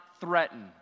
threaten